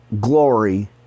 glory